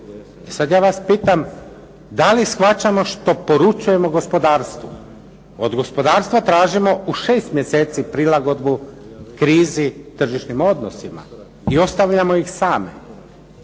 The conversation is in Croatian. Sad ja vas pitam da li shvaćamo što poručujemo gospodarstvu. Od gospodarstva tražimo u 6 mjeseci prilagodbu krizi tržišnim odnosima, i ostavljamo ih same.